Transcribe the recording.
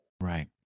Right